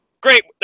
Great